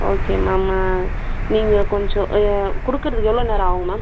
okay ma'am நீங்கள் கொஞ்சம் கொடுக்கறதுக்கு எவ்வளோ நேரம் ஆகும் மேம்